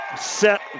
set